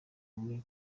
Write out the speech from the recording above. muri